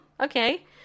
okay